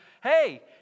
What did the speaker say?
Hey